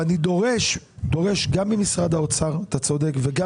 אני דורש גם ממשרד האוצר - אתה צודק וגם